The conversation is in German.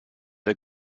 der